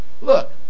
Look